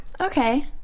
Okay